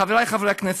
חברי חברי הכנסת,